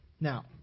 Now